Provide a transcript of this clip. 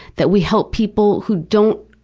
that we help people who don't,